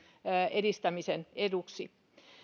edistämisen eduksi